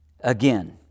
Again